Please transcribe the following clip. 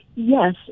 Yes